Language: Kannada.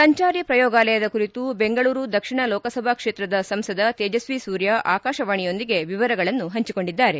ಸಂಚಾರಿ ಪ್ರಯೋಗಾಲಯದ ಕುರಿತು ಬೆಂಗಳೂರು ದಕ್ಷಿಣ ಲೋಕಸಭಾ ಕ್ಷೇತ್ರದ ಸಂಸದ ತೇಜಸ್ವಿ ಸೂರ್ಯ ಆಕಾಶವಾಣಿಯೊಂದಿಗೆ ವಿವರಗಳನ್ನು ಹಂಚಿಕೊಂಡಿದ್ದಾರೆ